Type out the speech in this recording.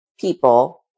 people